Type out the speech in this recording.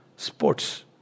Sports